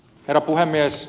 herra puhemies